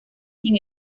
sin